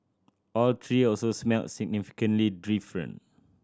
all three also smelled significantly